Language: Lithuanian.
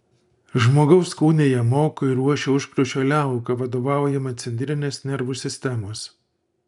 žmogaus kūne ją moko ir ruošia užkrūčio liauka vadovaujama centrinės nervų sistemos